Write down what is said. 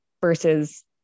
versus